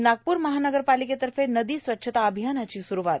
आणि नागपूर महानगरपालिकेतर्फे नदी स्वच्छता अभियानाची स्रूवात